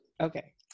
Okay